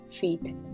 feet